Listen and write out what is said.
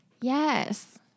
Yes